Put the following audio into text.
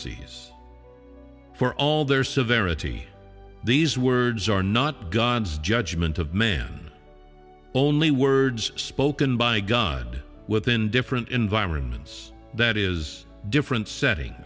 seas for all their severity these words are not god's judgment of man only words spoken by god within different environments that is different setting